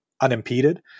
unimpeded